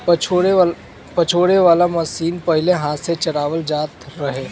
पछोरे वाला मशीन पहिले हाथ से चलावल जात रहे